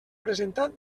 presentat